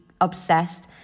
obsessed